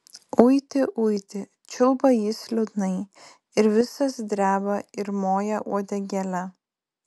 uiti uiti čiulba jis liūdnai ir visas dreba ir moja uodegėle